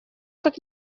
как